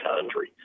country